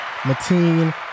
Mateen